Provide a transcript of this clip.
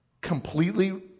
completely